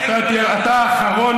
תהיה בשקט,